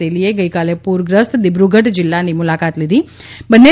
તેલીએ ગઈકાલે પૂરગ્રસ્ત દિબ્રુગઢ જિલ્લાની મુલાકાત લીધી હતી બંને